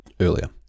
earlier